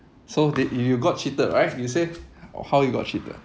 so did you got cheated right you say how you got cheated